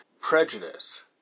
Prejudice